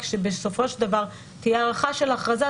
כשבסופו של דבר תהיה הארכה של הכרזה,